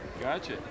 Gotcha